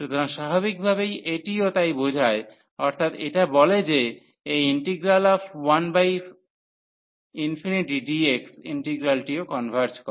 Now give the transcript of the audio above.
সুতরাং স্বাভাবিকভাবেই এটিও তাই বোঝায় অর্থাৎ এটা বলে যে এই 1 dx ইন্টিগ্রালটিও কনভার্জ করে